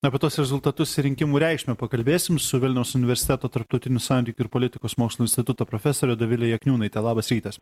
apie tuos rezultatus ir rinkimų reikšmę pakalbėsim su vilniaus universiteto tarptautinių santykių ir politikos mokslų instituto profesore dovile jakniūnaite labas rytas